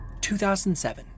2007